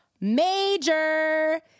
Major